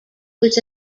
was